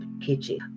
Kitchen